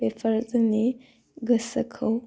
बेफोर जोंनि गोसोखौ